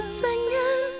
singing